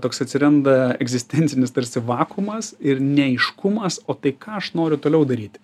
toks atsiranda egzistencinis tarsi vakuumas ir neaiškumas o tai ką aš noriu toliau daryti